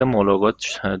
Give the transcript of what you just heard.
ملاقات